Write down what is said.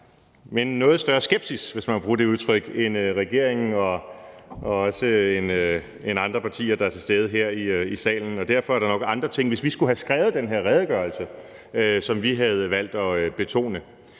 en noget større skepsis, hvis man må bruge det udtryk, end regeringen og også andre partier, der er til stede her i salen. Og derfor er der nok andre ting, som vi, hvis vi skulle have skrevet den her redegørelse, havde valgt at betone.